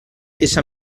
esa